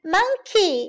Monkey